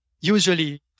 usually